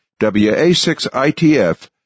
WA6ITF